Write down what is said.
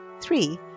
Three